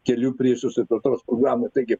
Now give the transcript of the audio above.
kelių priežiūros ir plėtros programą taigi